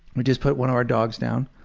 we just put one of our dogs down.